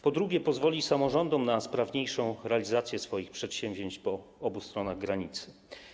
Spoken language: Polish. Po drugie, pozwoli samorządom na sprawniejszą realizację swoich przedsięwzięć po obu stronach granicy.